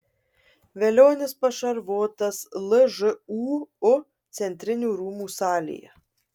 velionis pašarvotas lžūu centrinių rūmų salėje